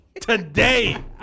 Today